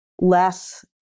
less